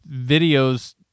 videos